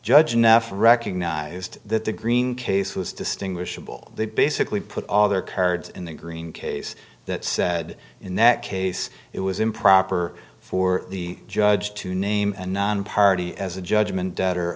judge nuff recognized that the green case was distinguishable they basically put all the kurds in the green case that said in that case it was improper for the judge to name and nonparty as a judgment debtor